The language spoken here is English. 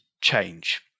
change